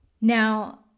Now